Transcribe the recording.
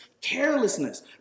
carelessness